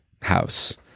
house